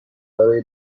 برای